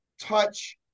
touch